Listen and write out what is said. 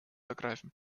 ergreifen